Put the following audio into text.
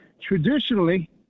traditionally